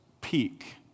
peak